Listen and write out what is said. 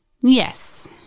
Yes